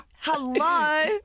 Hello